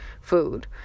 food